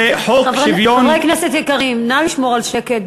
זה חוק שוויון, חברי כנסת יקרים, נא לשמור על שקט.